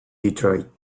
detroit